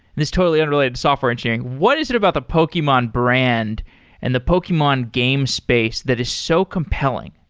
this totally unrelated software engineering? what is it about the pokemon brand and the pokemon game space that is so compelling?